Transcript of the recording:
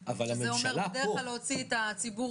תודה רבה לך דן אורן.